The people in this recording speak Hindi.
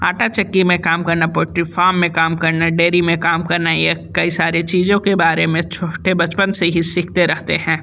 आटा चक्की में काम करना पोएट्री फार्म में काम करना डेयरी में काम करना ये कई सारे चीज़ों के बारे में छोटे बचपन से ही सीखते रहते हैं